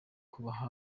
kubaha